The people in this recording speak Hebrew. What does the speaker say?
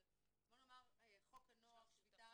אבל בוא נאמר שחוק הנוער (שפיטה,